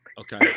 Okay